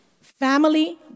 family